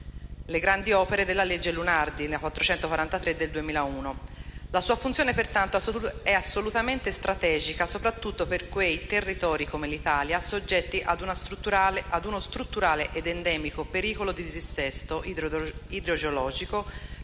le grandi opere della legge Lunardi n. 443 del 2001). La sua funzione, pertanto, è assolutamente strategica, soprattutto per quei territori, come l'Italia, soggetti ad uno strutturale ed endemico pericolo di dissesto idrogeologico